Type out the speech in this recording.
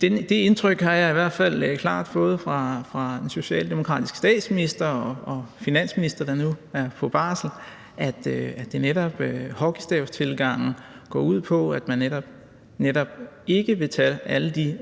Det indtryk har jeg i hvert fald klart fået fra den socialdemokratiske statsminister og finansminister, der nu er på barsel, nemlig at hockeystavtilgangen går ud på, at man netop ikke vil tage alle de